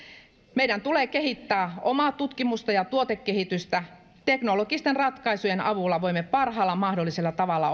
meidän tulee kehittää omaa tutkimusta ja tuotekehitystä teknologisten ratkaisujen avulla voimme parhaalla mahdollisella tavalla